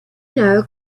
know